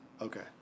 Okay